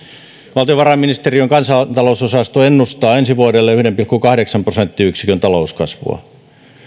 valtiovarainministeriön kansantalousosasto ennustaa ensi vuodelle yhden pilkku kahdeksan prosenttiyksikön talouskasvua